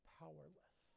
powerless